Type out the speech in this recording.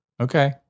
Okay